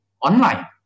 online